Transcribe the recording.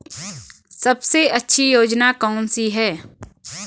सबसे अच्छी योजना कोनसी है?